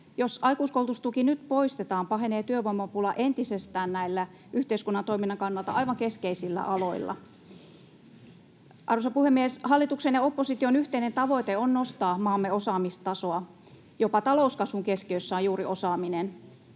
Jos aikuiskoulutustuki nyt poistetaan, pahenee työvoimapula entisestään näillä yhteiskunnan toiminnan kannalta aivan keskeisillä aloilla. Arvoisa puhemies! Hallituksen ja opposition yhteinen tavoite on nostaa maamme osaamistasoa. Jopa talouskasvun keskiössä on juuri osaaminen.